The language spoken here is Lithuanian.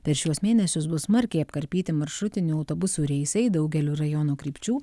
per šiuos mėnesius bus smarkiai apkarpyti maršrutinių autobusų reisai daugeliu rajono krypčių